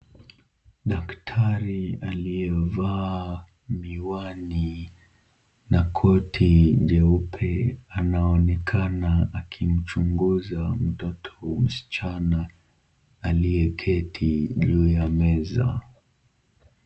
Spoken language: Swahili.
Daktari aliyevaa miwani na koti jeupe anaoenakana akimchunguza mtoto msichana aliyeketi juu ya meza.